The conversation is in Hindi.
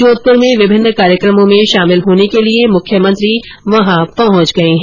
जोघपुर में विभिन्न कार्यक्रमों में शामिल होने के लिए मुख्यमंत्री वहां पहुंच गए है